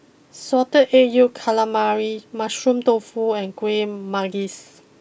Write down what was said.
Salted Egg Yolk Calamari Mushroom Tofu and Kueh Manggis